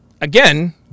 again